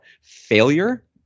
failure